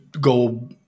go